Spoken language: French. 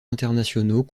internationaux